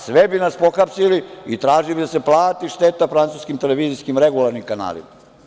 Sve bi nas pohapsili i tražili da se plati šteta francuskim televizijskim regularnim kanalima.